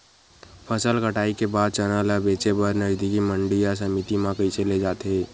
फसल कटाई के बाद चना ला बेचे बर नजदीकी मंडी या समिति मा कइसे ले जाथे?